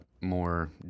more